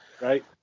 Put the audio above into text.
right